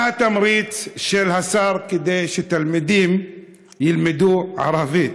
מה התמריץ של השר כדי שתלמידים ילמדו ערבית?